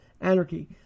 anarchy